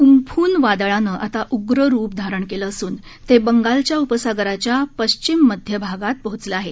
Amphan वादळानं आता उग्र रूप धारण केलं असून ते बंगालच्या उपसागराच्या पश्चिम मध्य भागात पोचलं आहे